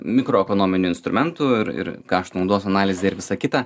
mikroekonominių instrumentų ir ir kaštų naudos analizė ir visa kita